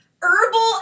Herbal